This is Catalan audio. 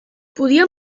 podia